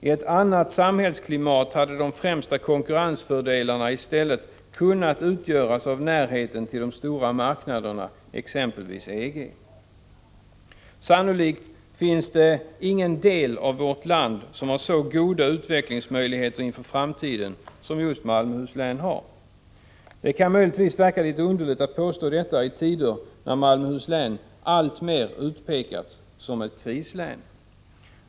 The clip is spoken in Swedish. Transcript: I ett annat samhällsklimat hade de främsta konkurrensfördelarna i stället kunnat utgöras av närheten till de stora marknaderna, exempelvis EG. Sannolikt finns det ingen del av vårt land som har så goda utvecklingsmöjligheter inför framtiden som just Malmöhus län. Det kan möjligtvis verka litet underligt att påstå detta i tider när Malmöhus län alltmer utpekas som ett krislän.